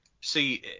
See